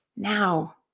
Now